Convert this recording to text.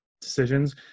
decisions